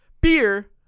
beer